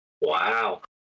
Wow